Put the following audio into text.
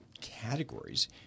categories